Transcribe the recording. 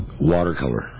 Watercolor